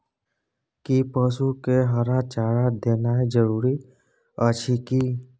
कि पसु के हरा चारा देनाय जरूरी अछि की?